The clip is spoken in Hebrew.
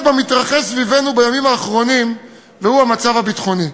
במתרחש סביבנו בימים האחרונים במצב הביטחוני.